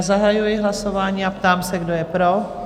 Zahajuji hlasování a ptám se, kdo je pro?